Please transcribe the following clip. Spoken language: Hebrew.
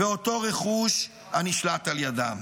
באותו רכוש הנשלט על ידם.